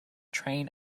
train